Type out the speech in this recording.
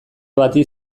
bati